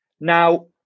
Now